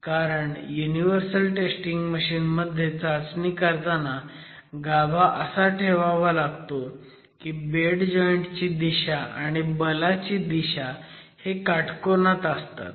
कारण universal testing machine मध्ये चाचणी करताना गाभा असा ठेवावा लागतो की बेड जॉईंट ची दिशा आणि बलाची दिशा हे काटकोनात असतात